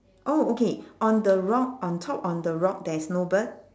oh okay on the rock on top on the rock there is no bird